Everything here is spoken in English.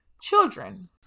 children